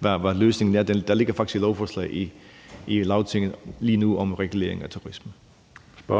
hvad løsningen er. Der ligger faktisk et lovforslag i Lagtinget lige nu om regulering af turismen. Kl.